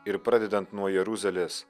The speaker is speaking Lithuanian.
ir pradedant nuo jeruzalės